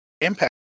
impact